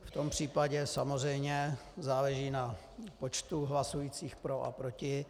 V tom případě samozřejmě záleží na počtu hlasujících pro a proti.